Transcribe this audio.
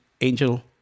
angel